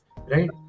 right